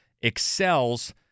excels